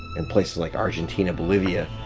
in places like argentina, bolivia,